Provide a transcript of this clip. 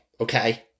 okay